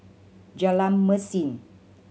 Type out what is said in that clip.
Jalan Mesin